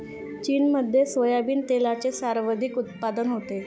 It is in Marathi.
चीनमध्ये सोयाबीन तेलाचे सर्वाधिक उत्पादन होते